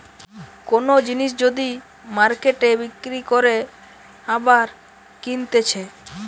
কোন জিনিস যদি মার্কেটে বিক্রি করে আবার কিনতেছে